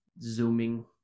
zooming